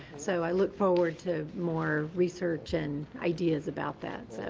so, i look forward to more research and ideas about that. so,